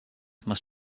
must